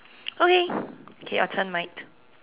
okay okay your turn mate